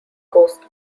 coast